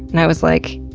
and i was like,